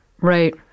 Right